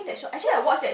so